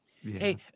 Hey